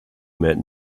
met